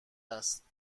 هست